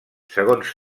segons